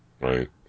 Right